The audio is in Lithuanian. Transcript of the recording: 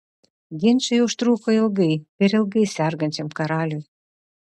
ginčai užtruko ilgai per ilgai sergančiam karaliui